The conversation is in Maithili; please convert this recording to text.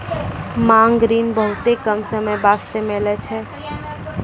मांग ऋण बहुते कम समय बास्ते मिलै छै